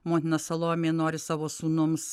motina salomė nori savo sūnums